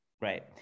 right